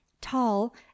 tall